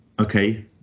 okay